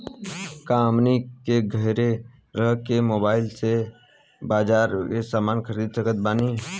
का हमनी के घेरे रह के मोब्बाइल से बाजार के समान खरीद सकत बनी?